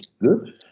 good